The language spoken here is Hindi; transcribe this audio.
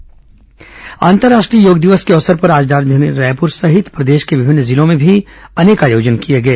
योग दिवस छत्तीसगढ अंतर्राष्ट्रीय योग दिवस के अवसर पर आज राजधानी रायपुर सहित प्रदेश के विभिन्न जिलों में विविध आयोजन किए गए